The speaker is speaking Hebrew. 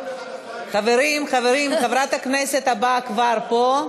חברים, חברת הכנסת הבאה כבר פה.